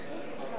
חבר הכנסת אופיר